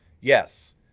Yes